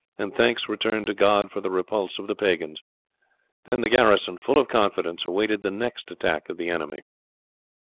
and thanks returned to god for the repulse of the pagans then the garrison full of confidence awaited the next attack of the enemy.